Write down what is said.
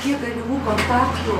kiek galimų kontaktų